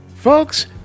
Folks